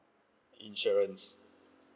insurance